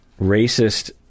racist